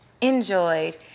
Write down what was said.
enjoyed